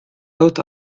out